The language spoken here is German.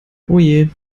oje